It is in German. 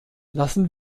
lassen